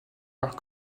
par